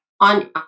on